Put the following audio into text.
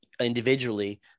individually